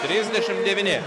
trisdešimt devyni